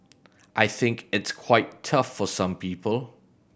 I think it's quite tough for some people